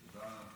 תודה.